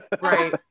Right